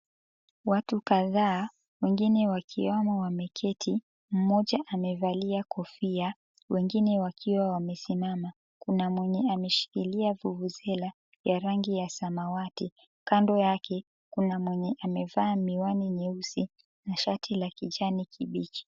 Watu kadhaa wengine wakiwamo wameketi, mmoja amevalia kofia wengine wakiwa wamesimama kuna mwingine ameshikilia vuvuzela ya rangi ya samawati, kando yake kuna mwenye amevaa miwani nyeusi na shati la kijani kibichi.